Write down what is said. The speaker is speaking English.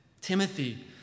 Timothy